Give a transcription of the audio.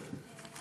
מה אתם אומרים?